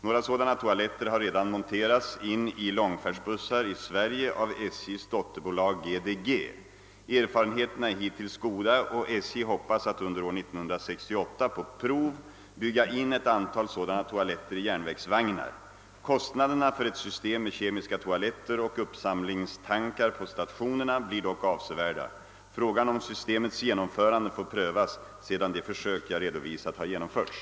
Några sådana toaletter har redan monterats in i långfärdsbussar i Sverige av SJ:s dotterbolag GDG. Erfarenheterna är hittills goda och SJ hoppas att under år 1968 kunna på prov bygga in ett antal sådana toaletter i järnvägsvagnar. Kostnaderna för ett system med kemiska toaletter och uppsamlingstankar på stationerna blir dock avsevärda. Frågan om systemets genomförande får prövas sedan de försök jag redovisat har genomförts.